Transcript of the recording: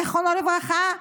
זיכרונו לברכה,